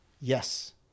Yes